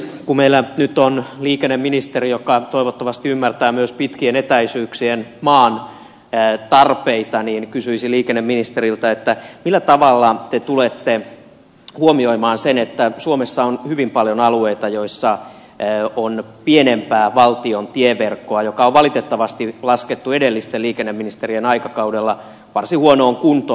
kun meillä nyt on liikenneministeri joka toivottavasti ymmärtää myös pitkien etäisyyksien maan tarpeita niin kysyisin liikenneministeriltä millä tavalla te tulette huomioimaan sen että suomessa on hyvin paljon alueita joilla on pienempää valtion tieverkkoa joka on valitettavasti laskettu edellisten liikenneministerien aikakausilla varsin huonoon kuntoon